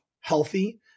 healthy